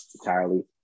entirely